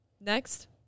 Next